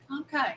Okay